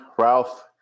Ralph